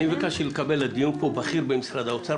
אני ביקשתי לקבל לדיון בכיר במשרד האוצר.